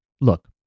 look